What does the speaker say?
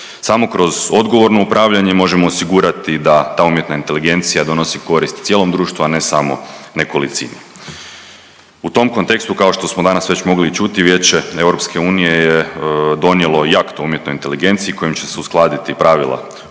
Samo kroz odgovorno upravljanje možemo osigurati da ta umjetna inteligencija donosi korist cijelom društvu, a ne samo kolicini. U tom kontekstu kao što smo danas već mogli i čuti, Vijeće EU je donijelo i akt o umjetnoj inteligenciji kojim će se uskladiti pravila o umjetnoj